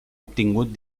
obtingut